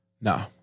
No